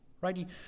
right